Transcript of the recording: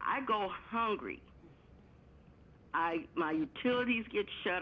i go hungry i my utilities get shut